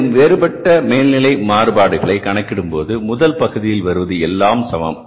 மேலும் வேறுபட்ட மேல்நிலை மாறுபாடுகளை கணக்கிடும்போது முதல் பகுதியில் வருவது எல்லாம் சமம்